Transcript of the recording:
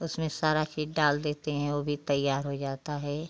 उसमें सारा चीज़ डाल देते हैं वो भी तैयार हो जाता है